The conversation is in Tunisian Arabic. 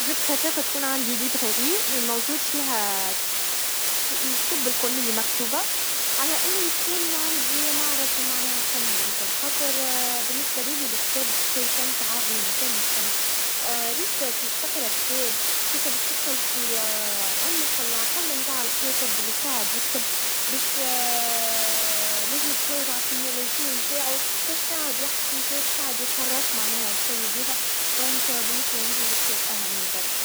أنا بفضل تكون عندي مكتبا الموجود فيها ت- الكتب الكل اللي مكتوبا, على إني يكون عندي معرض ثم معناها فن بكل خاطر, بالنسبا لي الكتب سي كنز عظيم, كنز كنز, ريت كيشتاق لكتاب, سيكا باش تدخل في عمق العقل متاع الكاتب اللي قاعد يكتب, باش لازمك تلوش عالسيميولوجي متاعه, فاش قعد يحكي, فاش قاعد يخرف, معناهاالسيد هذا, لذلك بالنسبا لي الكتاب أهم برشا.